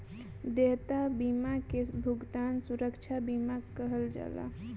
देयता बीमा के भुगतान सुरक्षा बीमा कहल जाला